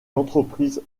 l’entreprise